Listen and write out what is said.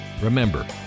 remember